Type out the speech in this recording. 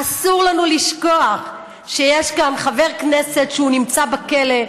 אסור לנו לשכוח שיש כאן חבר כנסת שנמצא בכלא,